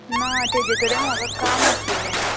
ना तेजे कडेन म्हाका काम आशिल्लें